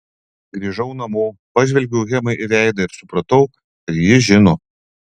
grįžau namo pažvelgiau hemai į veidą ir supratau kad ji žino